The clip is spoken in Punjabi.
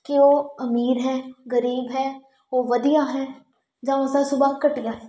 ਕਿ ਉਹ ਅਮੀਰ ਹੈ ਗਰੀਬ ਹੈ ਉਹ ਵਧੀਆ ਹੈ ਜਾਂ ਉਸਦਾ ਸੁਭਾਅ ਘਟੀਆ ਹੈ